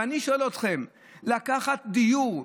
ואני שואל אתכם: לקחת דיור,